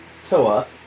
Toa